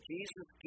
Jesus